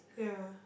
yeah